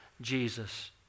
Jesus